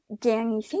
danny